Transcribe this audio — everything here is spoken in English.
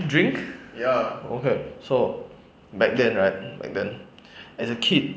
drink okay so back then right back then as a kid